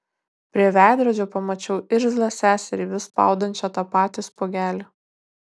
prie veidrodžio pamačiau irzlią seserį vis spaudančią tą patį spuogelį